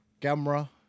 camera